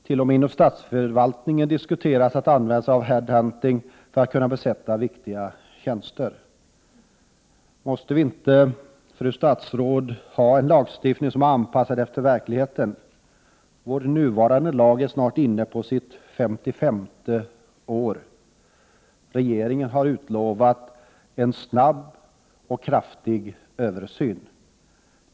T.o.m. inom statsförvaltningen diskuteras att använda sig av headhunting för att kunna besätta viktiga tjänster. Måste vi inte, fru statsråd, ha en lagstiftning som är anpassad efter verkligheten? Vår nuvarande lag är snart inne på sitt 55:e år. Regeringen har utlovat en snabb och kraftig översyn.